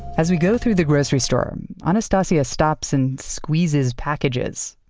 as we go through the grocery store anastacia stops and squeezes packages.